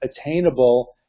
attainable